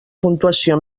puntuació